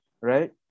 right